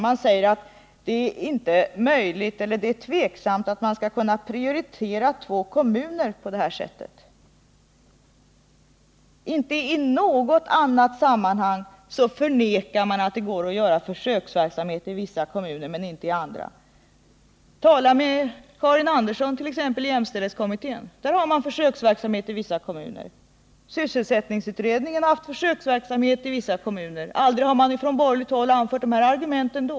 Man säger att det är tveksamt om man skall kunna prioritera två kommuner på detta sätt. Inte i något annat sammanhang förnekar man att det går att bedriva försöksverksamhet i vissa kommuner, men inte i andra. Tala med t. ex, Karin Andersson i jämställdhetskommittén. Där har man försöksverksamhet i vissa kommuner. Sysselsättningsutredningen har haft försöksverksamhet i vissa kommuner. Aldrig anförde man från borgerligt håll de här argumenten då.